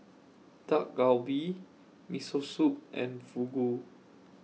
Dak Galbi Miso Soup and Fugu